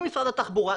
עם משרד התחבורה,